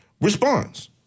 response